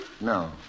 No